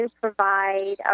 provide